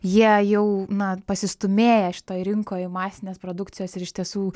jie jau na pasistūmėję šitoj rinkoj masinės produkcijos ir iš tiesų